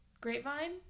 Grapevine